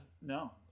no